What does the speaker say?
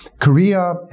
Korea